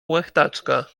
łechtaczka